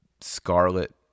scarlet